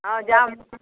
हँ जाउ